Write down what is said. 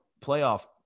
playoff